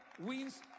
wins